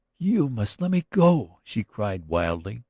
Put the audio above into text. you must let me go, she cried wildly.